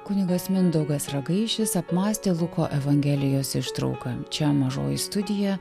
kunigas mindaugas ragaišis apmąstė luko evangelijos ištrauką čia mažoji studija